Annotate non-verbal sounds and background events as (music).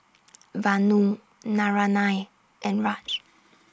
(noise) Vanu Naraina and Raj